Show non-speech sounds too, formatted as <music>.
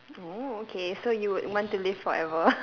oh okay so you would want to live forever <laughs>